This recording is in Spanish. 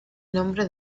nombre